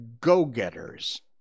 go-getters